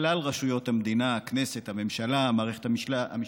כלל רשויות המדינה, הכנסת, הממשלה, מערכת המשפט,